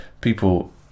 people